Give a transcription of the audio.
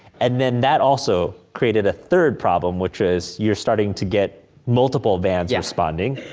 and then that also created a third problem, which is you're starting to get multiple vans yeah responding.